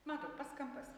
matot pats kampas